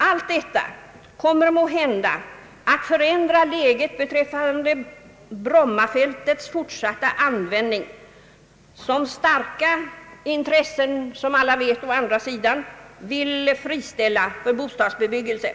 Allt detta kommer måhända att förändra läget beträffande Brommafältets fortsatta användning. Som alla vet arbetar å andra sidan starka intressen för att friställa detta för bostadsbebyg gelse.